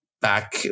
back